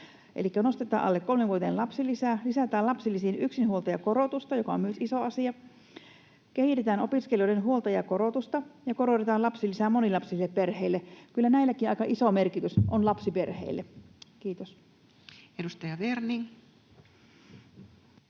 nostetaan alle kolmevuotiaiden lapsilisää, lisätään lapsilisien yksinhuoltajakorotusta, mikä on myös iso asia, kehitetään opiskelijoiden huoltajakorotusta ja korotetaan lapsilisää monilapsisille perheille. Kyllä näilläkin aika iso merkitys on lapsiperheille. — Kiitos. [Speech